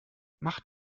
macht